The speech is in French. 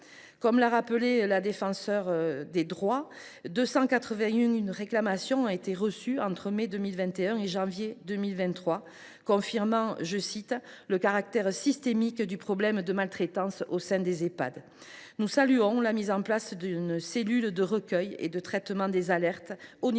Comme l’a rappelé la Défenseure des droits, 281 réclamations ont été reçues entre mai 2021 et janvier 2023, confirmant, « le caractère systémique du problème de maltraitance au sein des Ehpad ». Nous saluons la mise en place d’une cellule de recueil et de traitement des alertes à l’échelon